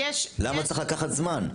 למה צריך לקחת זמן?